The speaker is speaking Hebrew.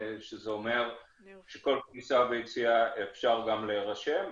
שזה אומר שכל כניסה ויציאה אפשר גם להירשם.